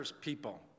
people